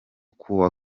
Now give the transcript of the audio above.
kuwa